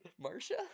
Marcia